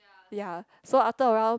ya so after around